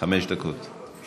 זה הסיכום עם סיעתך.